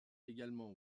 également